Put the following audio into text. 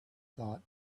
thought